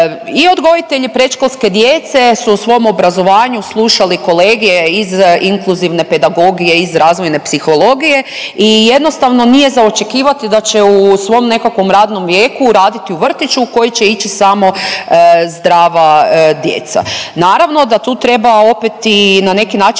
I odgojitelji predškolske djece su u svom obrazovanju slušali kolegije iz inkluzivne pedagogije, iz razvojne psihologije i jednostavno nije za očekivati da će u svom nekakvom radnom vijeku raditi u vrtiću u koji će ići samo zdrava djeca.